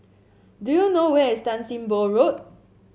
do you know where is Tan Sim Boh Road